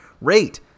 rate